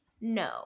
no